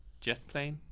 jet plane,